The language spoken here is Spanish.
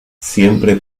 siempre